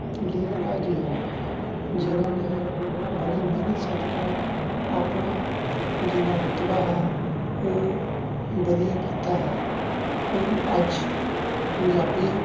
ਲੇਖ ਰਾਜ ਜੀ ਹਨ ਜਿਨ੍ਹਾਂ ਨੇ ਬੜੀ ਮਿਹਨਤ ਸਦਕਾ ਆਪਣਾ ਜਿਹੜਾ ਰੁਤਬਾ ਹੈ ਉਹ ਵਧੀਆ ਕੀਤਾ ਹੈ ਉਹ ਅੱਜ ਪੰਜਾਬੀ